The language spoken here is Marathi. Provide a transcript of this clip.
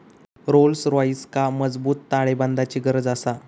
रोल्स रॉइसका मजबूत ताळेबंदाची गरज आसा